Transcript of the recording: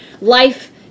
life